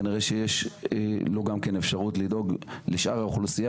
כנראה שיש לו גם כן אפשרות לדאוג לשאר האוכלוסייה